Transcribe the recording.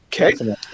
Okay